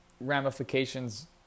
ramifications